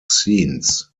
scenes